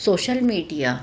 social media